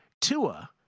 Tua